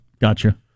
Gotcha